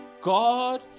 God